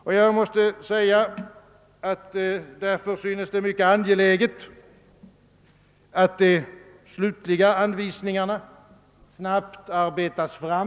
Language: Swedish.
Därför synes det vara mycket angeläget att de slutliga anvisningarna snabbt arbetas fram.